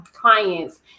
clients